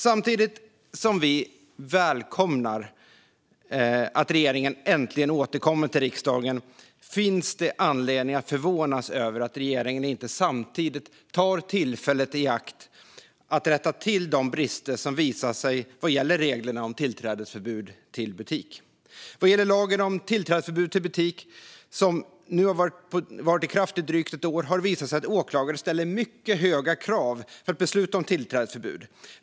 Samtidigt som vi välkomnar att regeringen äntligen återkommer till riksdagen finns det anledning att förvånas över att regeringen inte samtidigt tar tillfället i akt att rätta till de brister som har visat sig vad gäller reglerna om tillträdesförbud till butik. Vad gäller lagen om tillträdesförbud till butik, som nu har varit i kraft i drygt ett år, har det visat sig att åklagare ställer mycket höga krav för att besluta om tillträdesförbud.